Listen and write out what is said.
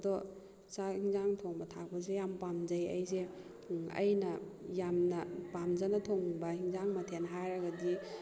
ꯑꯗꯣ ꯆꯥꯛ ꯌꯦꯟꯁꯥꯡ ꯊꯣꯡꯕ ꯊꯥꯛꯄꯁꯦ ꯌꯥꯝꯅ ꯄꯥꯝꯖꯩ ꯑꯩꯁꯦ ꯑꯩꯅ ꯌꯥꯝꯅ ꯄꯥꯝꯖꯅ ꯊꯣꯡꯕ ꯌꯦꯟꯁꯥꯡ ꯃꯊꯦꯟ ꯍꯥꯏꯔꯒꯗꯤ